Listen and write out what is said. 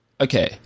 okay